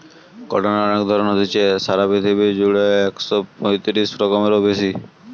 কটনের অনেক ধরণ হতিছে, সারা পৃথিবী জুড়া একশ পয়তিরিশ রকমেরও বেশি